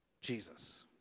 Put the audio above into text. Jesus